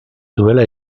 duela